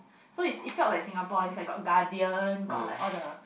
so is is fact of like Singapore is like got gardens got like all the